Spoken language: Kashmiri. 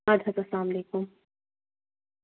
اَدٕ حظ اَسلامُ علیکُم